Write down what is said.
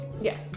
Yes